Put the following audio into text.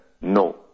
No